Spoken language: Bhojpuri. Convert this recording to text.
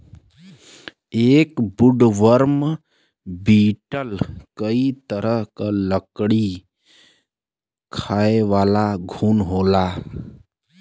एक वुडवर्म बीटल कई तरह क लकड़ी खायेवाला घुन होला